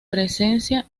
presencia